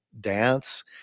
dance